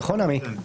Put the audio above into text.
נכון עמי?